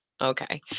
Okay